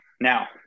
Now